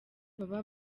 baba